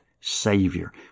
Savior